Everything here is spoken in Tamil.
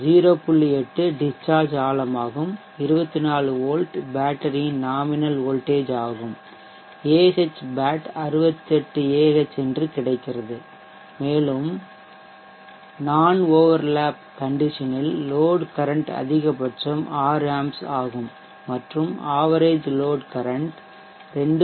8 டிஷ்சார்ஜ் ஆழம் 24V பேட்டரியின் நாமினல் வோல்டேஜ் ஆகும் Ahbat 68 Ah என்று கிடைக்கிறது மேலும் நான்ஒவர்லேப் கண்டிசனில் லோட் கரன்ட் அதிகபட்சம் 6A ஆகும் மற்றும் ஆவரேஜ் லோட் கரன்ட் 2